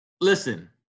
Listen